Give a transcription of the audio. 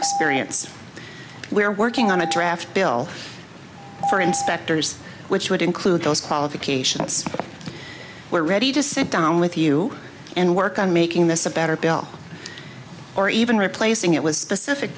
experience we're working on a draft bill for inspectors which would include those qualifications we're ready to sit down with you and work on making this a better bill or even replacing it was specific